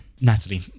Natalie